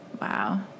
Wow